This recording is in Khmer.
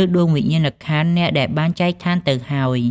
ឬដួងវិញ្ញាណក្ខន្ធអ្នកដែលបានចែកឋានទៅហើយ។